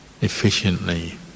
efficiently